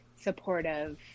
supportive